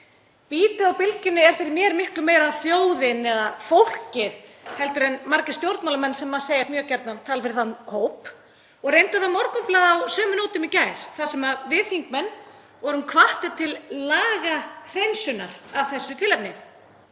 Bítið á Bylgjunni er fyrir mér miklu meira þjóðin eða fólkið heldur en margir stjórnmálamenn sem segjast mjög gjarnan tala fyrir þann hóp, og reyndar var Morgunblaðið á sömu nótum í gær þar sem við þingmenn vorum hvattir til lagahreinsunar af þessu tilefni.